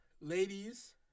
ladies